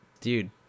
dude